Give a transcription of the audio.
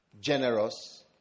generous